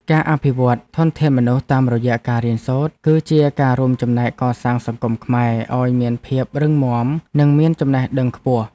ការអភិវឌ្ឍធនធានមនុស្សតាមរយៈការរៀនសូត្រ គឺជាការរួមចំណែកកសាងសង្គមខ្មែរឱ្យមានភាពរឹងមាំនិងមានចំណេះដឹងខ្ពស់។